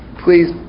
please